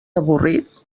avorrit